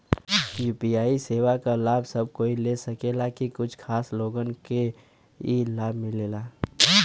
UPI सेवा क लाभ सब कोई ले सकेला की कुछ खास लोगन के ई लाभ मिलेला?